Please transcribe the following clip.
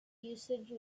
usage